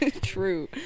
true